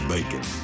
Bacon